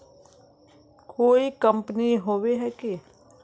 कोई कंपनी होबे है की?